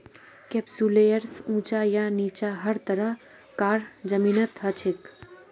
कैप्सुलैरिस ऊंचा या नीचा हर तरह कार जमीनत हछेक